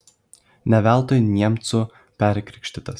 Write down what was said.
ne veltui niemcu perkrikštytas